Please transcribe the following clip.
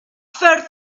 for